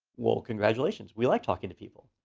well congratulations, we like talking to people.